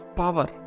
power